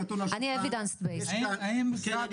האם משרד